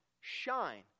shine